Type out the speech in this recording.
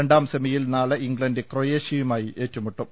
രണ്ടാം സെമിയിൽ നാളെ ഇംഗ്ലണ്ട് ക്രൊയേഷ്യയുമായി ഏറ്റുമുട്ടും